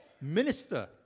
Minister